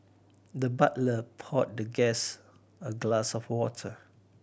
the butler poured the guest a glass of water